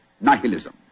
Nihilism